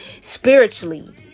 Spiritually